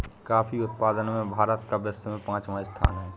coffee उत्पादन में भारत का विश्व में पांचवा स्थान है